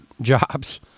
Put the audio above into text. jobs